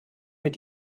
mit